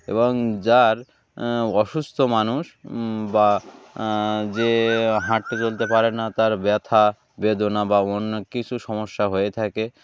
এবং যার অসুস্থ মানুষ বা যে হাঁটতে চলতে পারে না তার ব্যথা বেদনা বা অন্য কিছু সমস্যা হয়ে থাকে